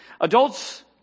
Adults